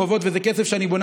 ג'אבר